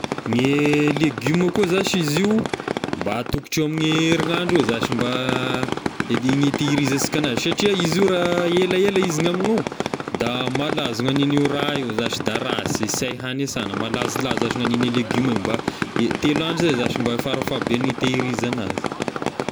Gne legioma koa zashy izy io mba atokotry eo amin'ny herinandro eo zashy mba dini- gn'hitehirizansika anazy satria izy io raha ela ela izy ny amignao da malazo ny hagnin'io raha io zashy da rasy sy hay hagny e sana, malazolazo ashy ny an' io legioma io mba i- telo andro zay zashy mba farafahabe ny hitehirizana azy.